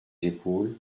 épaules